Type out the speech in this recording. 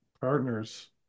partners